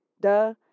duh